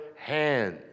hands